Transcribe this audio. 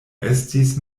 estis